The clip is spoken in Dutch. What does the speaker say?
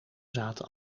zaten